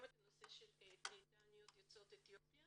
גם את הנושא של דיאטניות יוצאות אתיופיה